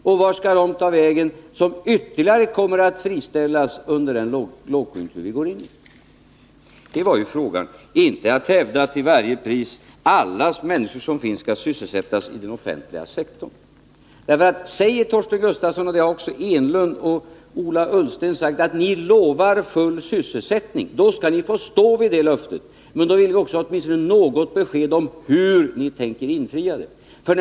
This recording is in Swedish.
Och vart skall de ta vägen som ytterligare kommer att friställas under den lågkonjunktur som vi nu går in i? Det var detta saken gällde, inte att alla människor till varje pris skall sysselsättas i den offentliga sektorn. Då Torsten Gustafsson, Eric Enlund och Ola Ullsten lovar full sysselsättning, skall de också få stå vid det löftet. Men ge då åtminstone något besked om hur ni tänker infria löftet.